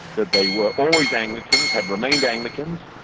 that they were always anglicans, had remained anglicans,